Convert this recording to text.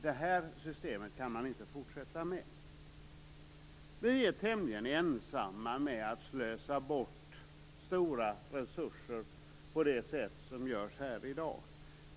Detta system kan man inte fortsätta med. Vi är tämligen ensamma med att slösa bort stora resurser på det sätt som görs här i dag.